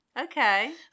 Okay